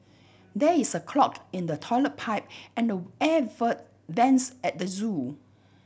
there is a clog in the toilet pipe and air votes vents at the zoo